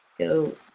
go